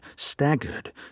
staggered